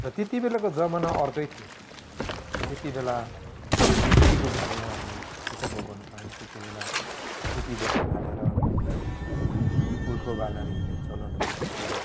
र त्यति बेलाको जमना अर्कै थियो त्यति बेला यो बिजुलीको भन्ने उहाँहरूले उपभोग गर्न पाएन त्यति बेला टुकी बत्ती बालेर है पुल्ठो बालेर हिँड्ने चलनहरू त्यति बेला थियो